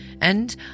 and